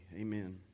Amen